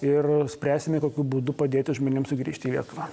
ir spręsime kokiu būdu padėti žmonėms sugrįžti į lietuvą